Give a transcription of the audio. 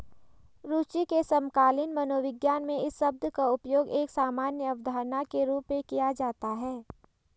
रूचि के समकालीन मनोविज्ञान में इस शब्द का उपयोग एक सामान्य अवधारणा के रूप में किया जाता है